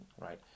right